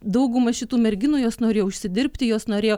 dauguma šitų merginų jos norėjo užsidirbti jos norėjo